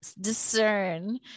discern